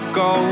go